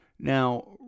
Now